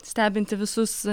stebintį visus